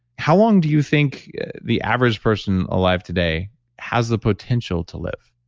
how long do you think the average person alive today has the potential to live?